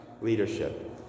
leadership